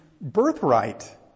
birthright